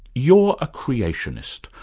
you're a creationist,